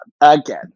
again